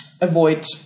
avoid